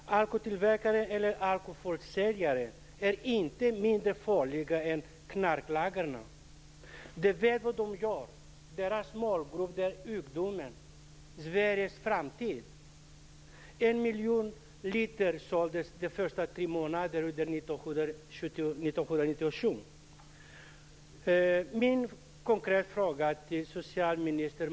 Alkoläsktillverkare eller alkoläskförsäljare är inte mindre farliga än knarklangare. De vet vad de gör. Deras målgrupp är ungdomen, Sveriges framtid. Under de första tre månaderna 1997 såldes 1 miljon liter.